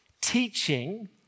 teaching